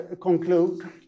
conclude